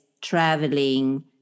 traveling